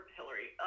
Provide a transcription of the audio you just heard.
Hillary